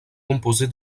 composée